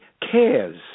cares